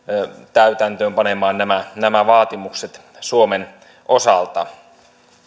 täytäntöönpanemaan nämä nämä vaatimukset suomen osalta